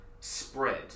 spread